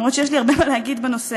אף-על-פי שיש לי הרבה מה להגיד בנושא.